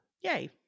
Yay